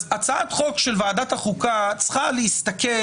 הצעת חוק של ועדת החוקה צריכה להסתכל